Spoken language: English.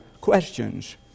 questions